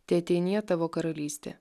teateinie tavo karalystė